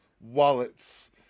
wallets